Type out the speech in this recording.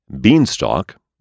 Beanstalk